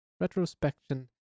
Retrospection